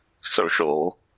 social